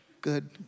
good